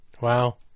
Wow